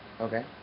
okay